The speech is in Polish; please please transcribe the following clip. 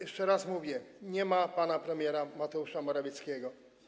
Jeszcze raz mówię: nie ma pana premiera Mateusza Morawieckiego.